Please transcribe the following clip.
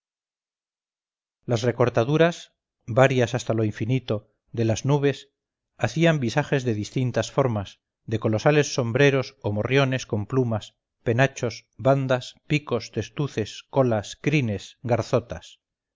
las recortaduras varias hasta lo infinito de las nubes hacían visajes de distintas formas de colosales sombreros o morriones con plumas penachos bandas picos testuces colas crines garzotas